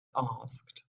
asked